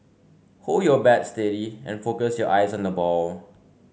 hold your bat steady and focus your eyes on the ball